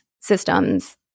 systems